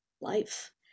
Life